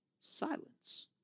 Silence